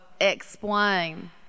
explain